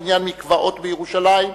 בעניין מקוואות בירושלים,